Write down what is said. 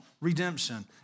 redemption